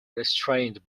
restrained